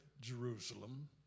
Jerusalem